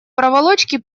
проволочки